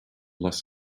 los